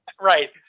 right